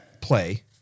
play